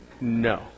No